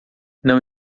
não